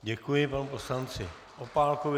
Děkuji panu poslanci Opálkovi.